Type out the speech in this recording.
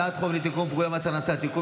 הצעת חוק לתיקון פקודת מס הכנסה (תיקון